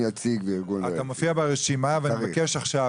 אתה מופיע ברשימה ואני מבקש עכשיו,